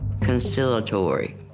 conciliatory